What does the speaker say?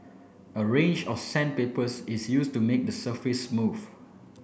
a range of sandpapers is used to make the surface smooth